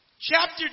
Chapter